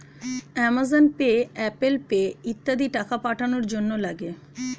Amazon pay, Apple pay ইত্যাদি টাকা পাঠানোর জন্যে লাগে